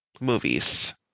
movies